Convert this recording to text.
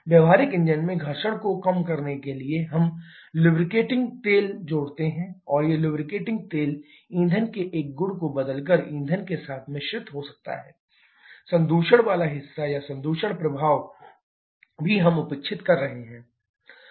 व्यावहारिक इंजन में घर्षण को कम करने के लिए हम लुब्रिकेटिंग तेल जोड़ते हैं और यह लुब्रिकेटिंग तेल ईंधन के एक गुण को बदलकर ईंधन के साथ मिश्रित हो सकता है संदूषण वाला हिस्सा या संदूषण प्रभाव भी हम उपेक्षित कर रहे हैं